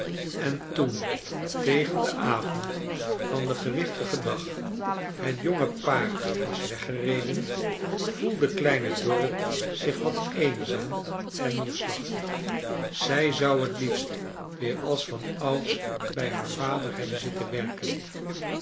en toon tegen den avond van den gevvichtigen dag het jonge paar was weggereden voelde kleine dorrit zich wat eenzaam en neerslaclitig zij zou het liefst weer als van ouds bij haar vader hebben zitten werken